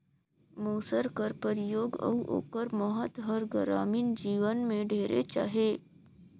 मूसर कर परियोग अउ ओकर महत हर गरामीन जीवन में ढेरेच अहे